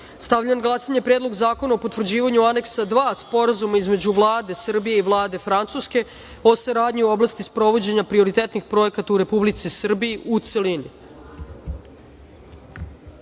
na glasanje Predlog zakona o potvrđivanju Aneksa 2 Sporazuma između Vlade Srbije i Vlade Francuske o saradnji u oblasti sprovođenja prioritetnih projekata u Republici Srbiji, u celini. Molim